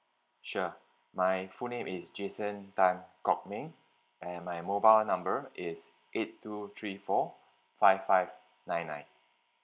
sure my full name is jason tan kok ming and my mobile number is eight two three four five five nine nine